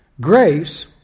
Grace